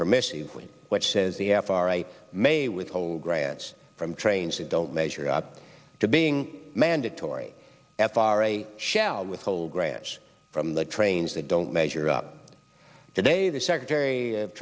permissive with which says the f r a may withhold grants from trains that don't measure up to being mandatory f r a shall withhold grants from the trains that don't measure up today the secretary of